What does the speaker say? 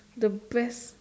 the best